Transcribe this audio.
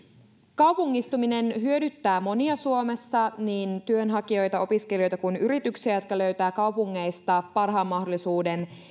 kaupungistuminen hyödyttää monia suomessa niin työnhakijoita opiskelijoita kuin yrityksiä jotka löytävät kaupungeista parhaan mahdollisuuden